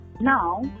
Now